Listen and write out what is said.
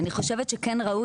אני חושבת שכן ראוי,